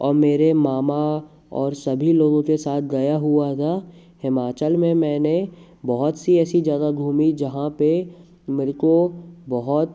और मेरे मामा और सभी लोगों के साथ गया हुआ था हिमाचल में मैंने बहुत सी ऐसी जगह घूमी जहाँ पे मेरे को बहुत